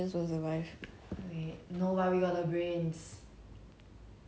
actually ya got brains